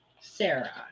Sarah